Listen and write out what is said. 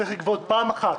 צריך לגבות פעם אחת.